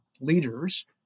leaders